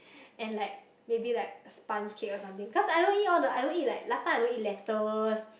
and like maybe like sponge cake or something cause I don't eat all the I don't eat like last time I don't eat lettuce